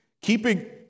keeping